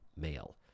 male